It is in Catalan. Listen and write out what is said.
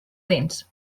dents